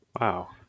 Wow